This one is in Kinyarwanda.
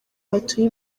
batuye